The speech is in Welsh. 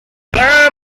ble